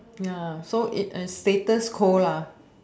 ya so it is status quo lah